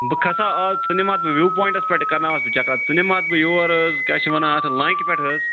بہٕ کھسہٕ ہا اَز ژٕ نِمہٕ ہَاتھ بہٕ وِیو پواینٛٹَس پٮ۪ٹھ کَرناوہَتھ ژٕ چکرا ژٕ نِمہٕ ہاتھ بہٕ یور حظ کیٛاہ چھِ وَنان اَتھ لانٛکہِ پٮ۪ٹھ حظ